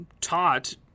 taught